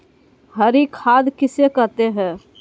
हरी खाद किसे कहते हैं?